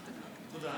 תודה.